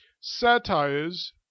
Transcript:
Satires